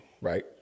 Right